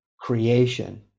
creation